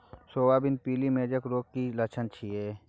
Soybean मे पीली mosaic रोग के की लक्षण छीये?